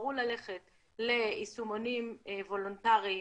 בחרו ללכת ליישומונים וולונטריים.